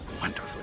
wonderful